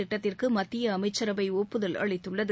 திட்டத்திற்கு மத்திய அமைச்சரவை ஒப்புதல் அளித்துள்ளது